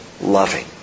loving